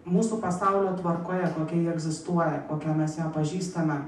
mūsų pasaulio tvarkoje kokia ji egzistuoja kokią mes ją pažįstame